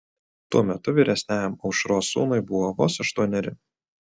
tuo metu vyresniajam aušros sūnui buvo vos aštuoneri